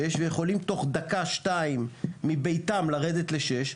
ויכולים תוך דקה-שתיים לרדת מביתם לכביש 6,